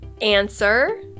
Answer